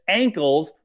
ankles